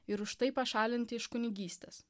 ir už tai pašalinti iš kunigystės